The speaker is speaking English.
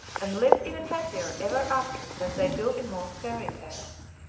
and lived even happier ever after than they do in most fairy tales.